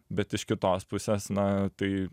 bet iš kitos pusės na tai